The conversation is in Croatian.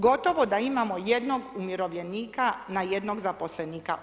Gotovo da imamo jednog umirovljenika na jednog zaposlenika.